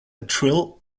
trill